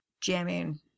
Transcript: jamming